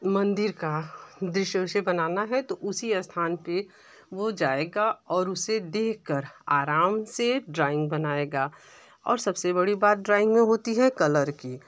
मंदिर का दृश्य उसे बनाना है तो उसी स्थान पर वह जाएगा और उसे देख कर आराम से ड्राइंग बनाएगा और सबसे बड़ी बात ड्राइंग में होती है कलर की